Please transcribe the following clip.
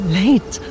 late